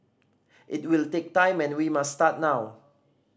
it will take time and we must start now